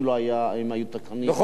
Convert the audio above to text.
אם היו תקנים.